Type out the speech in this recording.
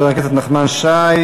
תודה, חבר הכנסת נחמן שי.